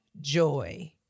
joy